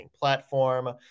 platform